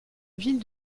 ville